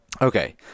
Okay